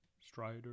Strider